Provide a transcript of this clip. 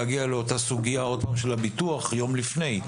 להגיע לאותה סוגיית הביטוח יום לפני.